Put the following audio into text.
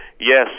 yes